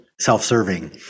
self-serving